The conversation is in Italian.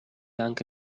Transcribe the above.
anche